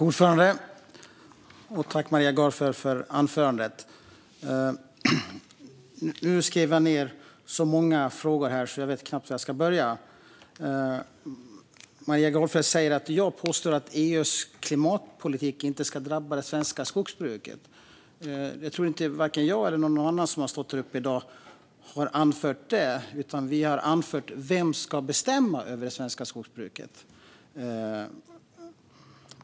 Fru talman! Jag tackar Maria Gardfjell för anförandet. Jag skrev ned så många frågor att jag knappt vet var jag ska börja. Maria Gardfjell säger att jag påstår att EU:s klimatpolitik inte ska drabba det svenska skogsbruket. Jag tror inte att vare sig jag eller någon annan som har stått i talarstolen i dag har anfört det. Vi har anfört: Vem ska bestämma över det svenska skogsbruket?